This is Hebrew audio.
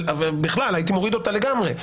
בכלל הייתי מוריד אותה לגמרי.